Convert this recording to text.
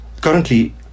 currently